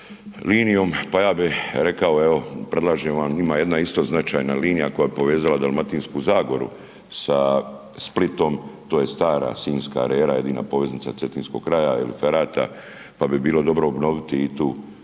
pa ja bi rekao evo predlažem vam ima jedna isto značajna linija koja bi povezala Dalmatinsku zagoru sa Splitom, to je stara Sinjska rera jedina poveznica Cetinskog kraja ili ferata pa bi bilo dobro obnoviti i tu